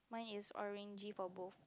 mine is orangey purple